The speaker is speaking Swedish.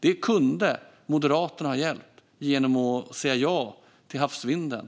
Det kunde Moderaterna ha avhjälpt genom att säga ja till havsvinden.